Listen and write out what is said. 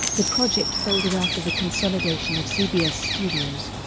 the project folded after the consolidation of cbs studios.